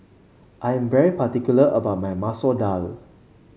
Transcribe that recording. I am very particular about my Masoor Dal